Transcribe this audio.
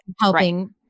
helping